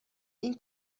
این